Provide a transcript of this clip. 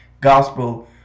Gospel